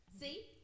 See